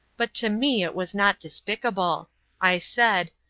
but to me it was not despicable i said,